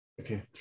Okay